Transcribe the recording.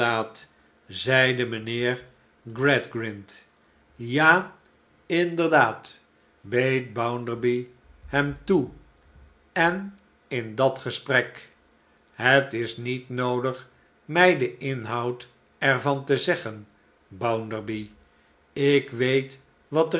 mijnheer gradgrind eene klassieke ruine ja inderdaad beet bouriderby hem toe en in dat gesprek het is niet noodig mij den inhoud er van te zeggen bounderby ik weet wat